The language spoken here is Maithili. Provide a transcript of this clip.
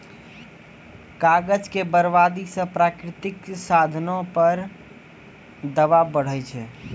कागज के बरबादी से प्राकृतिक साधनो पे दवाब बढ़ै छै